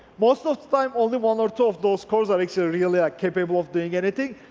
most of time only one or two of those codes are like so really capable of doing anything,